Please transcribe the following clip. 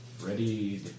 Ready